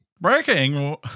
Breaking